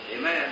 Amen